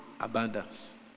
abundance